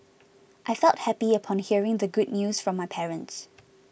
I felt happy upon hearing the good news from my parents